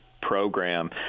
Program